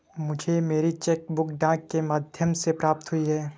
मुझे मेरी cheque book डाक के माध्यम से प्राप्त हुई है